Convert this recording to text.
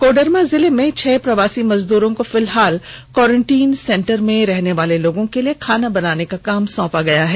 कोडरमा जिले में छह प्रवासी मजदूरों को फिलहाल क्वारंटीन सेंटर में रहने वाले लोगों के लिए खाना बनाने का काम सौंपा गया है